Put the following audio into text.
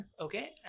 Okay